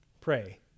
pray